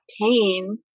pain